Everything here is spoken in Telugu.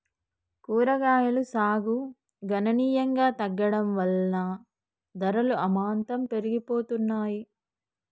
కూరగాయలు సాగు గణనీయంగా తగ్గడం వలన ధరలు అమాంతం పెరిగిపోతున్నాయి